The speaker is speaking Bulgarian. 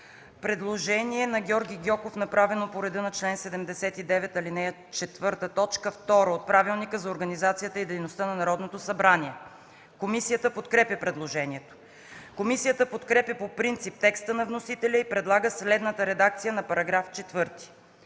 представители Георги Гьоков, направено по реда на чл. 79, ал. 4, т. 2 от Правилника за организацията и дейността на Народното събрание. Комисията подкрепя предложението. Комисията подкрепя по принцип текста на вносителя и предлага следната редакция на § 4: „§ 4.